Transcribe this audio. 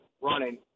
running